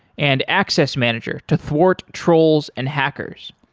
and access manager to thwart trolls and hackers.